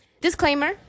disclaimer